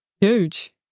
huge